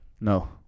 No